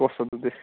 ꯀꯣꯁ ꯑꯗꯨꯗꯤ